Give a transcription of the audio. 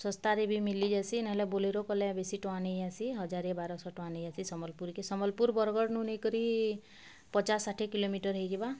ଶସ୍ତାରେ ବି ମିଲି ଯାଇସୀ ନହେଲେ ବୁଲେରୋ କଲେ ବେଶୀ ଟଙ୍କା ନେଇ ଯାଇସୀ ହଜାର ବାରଶହ ଟଙ୍କା ନେଇ ଯାଇସୀ ସମ୍ବଲପୁର୍ ସମ୍ବଲପୁର୍ ବରଗଡ଼୍ ନୁଁ ନେଇକରି ପଚାଶ୍ ଷାଠିଏ କିଲୋମିଟର୍ ହେଇଯିବା